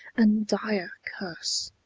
and dire curse,